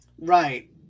Right